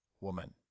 woman